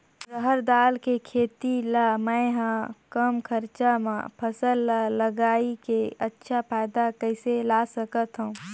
रहर दाल के खेती ला मै ह कम खरचा मा फसल ला लगई के अच्छा फायदा कइसे ला सकथव?